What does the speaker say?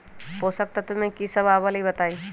पोषक तत्व म की सब आबलई बताई?